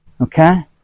Okay